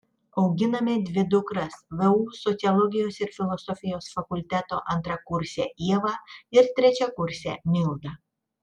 auginame dvi dukras vu sociologijos ir filosofijos fakulteto antrakursę ievą ir trečiakursę mildą